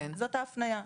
זאת ההפניה,